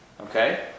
Okay